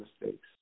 mistakes